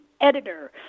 editor